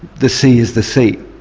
the sea is the sea,